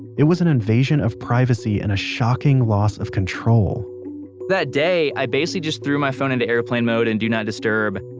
it was an invasion of privacy and a shocking loss of control that day i basically just threw my phone into airplane mode and do not disturb.